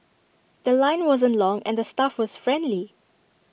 The Line wasn't long and the staff was friendly